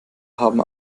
haben